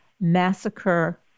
massacre